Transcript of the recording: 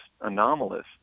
anomalous